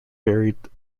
buried